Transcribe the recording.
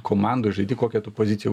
komandoj žaidi kokią tu poziciją